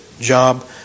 job